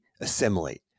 assimilate